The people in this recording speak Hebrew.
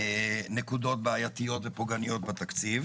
נקודות בעייתיות ופוגעניות בתקציב,